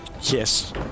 Yes